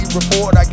report